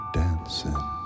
dancing